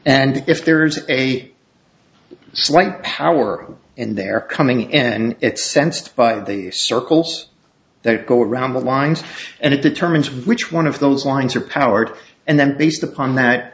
and if there's a slight power in the air coming in it's sensed by the circles that go around the lines and it determines which one of those lines are powered and then based upon that